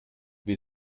wir